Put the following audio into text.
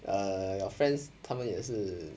err your friends 他们也是